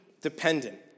dependent